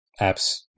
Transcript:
apps